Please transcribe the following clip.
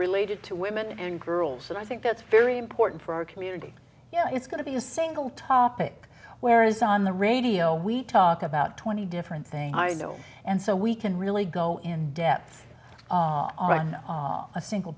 related to women and girls and i think that's very important for our community you know it's going to be a single topic whereas on the radio we talk about twenty different things i know and so we can really go in depth on a single